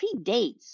predates